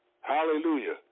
Hallelujah